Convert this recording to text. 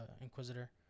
Inquisitor